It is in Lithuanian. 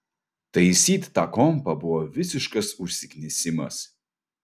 taisyt tą kompą buvo visiškas užsiknisimas